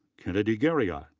kennedy garriott.